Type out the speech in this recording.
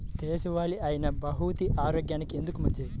దేశవాలి అయినా బహ్రూతి ఆరోగ్యానికి ఎందుకు మంచిది?